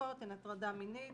נוספות הן הטרדה מינית